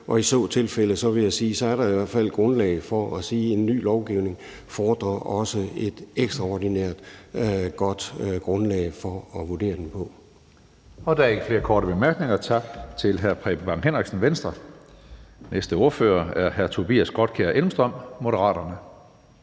Og i så fald vil jeg sige, at så er der i hvert fald grundlag for at sige, at en ny lovgivning også fordrer et ekstraordinært godt grundlag at vurdere den på. Kl. 17:12 Tredje næstformand (Karsten Hønge): Der er ikke flere korte bemærkninger. Tak til hr. Preben Bang Henriksen, Venstre. Næste ordfører er hr. Tobias Grotkjær Elmstrøm, Moderaterne.